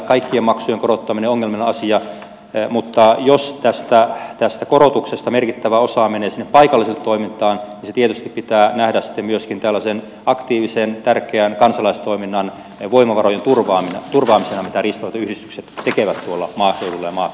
kaikkien maksujen korottaminen on ongelmallinen asia mutta jos tästä korotuksesta merkittävä osa menee sinne paikalliseen toimintaan niin se tietysti pitää nähdä sitten myöskin tällaisen aktiivisen tärkeän kansalaistoiminnan voimavarojen turvaamisena mitä riistanhoitoyhdistykset tekevät kun maa sillä maa